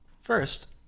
First